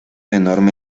enorme